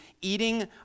eating